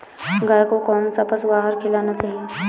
गाय को कौन सा पशु आहार खिलाना चाहिए?